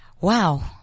Wow